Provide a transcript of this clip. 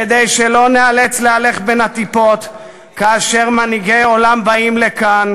כדי שלא ניאלץ להלך בין הטיפות כאשר מנהיגי עולם באים לכאן,